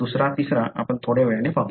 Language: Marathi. दुसरा तिसरा आपण थोड्या वेळाने पाहू